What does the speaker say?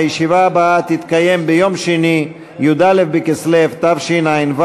הישיבה הבאה תתקיים ביום שני, י"א בכסלו התשע"ו,